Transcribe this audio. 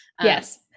Yes